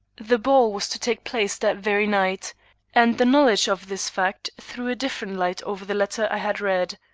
the ball was to take place that very night and the knowledge of this fact threw a different light over the letter i had read.